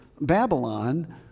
Babylon